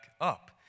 up